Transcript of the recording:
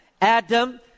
Adam